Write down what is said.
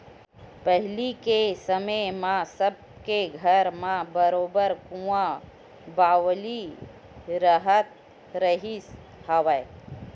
पहिली के समे म सब के घर म बरोबर कुँआ बावली राहत रिहिस हवय